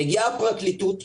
מגיעה הפרקליטות,